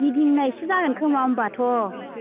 गिदिंनायसो जागोन खोमा होमब्लाथ'